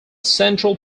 central